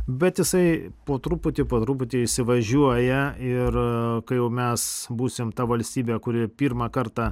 bet jisai po truputį po truputį įsivažiuoja ir kai jau mes būsim ta valstybė kuri pirmą kartą